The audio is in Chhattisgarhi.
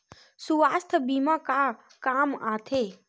सुवास्थ बीमा का काम आ थे?